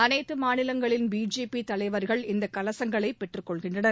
அனைத்து மாநிலங்களின் பிஜேபி தலைவர்கள் இந்த கலசங்களை பெற்றுக் கொள்கின்றனர்